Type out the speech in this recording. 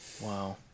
Wow